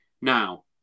Now